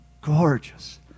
gorgeous